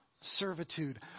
servitude